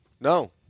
No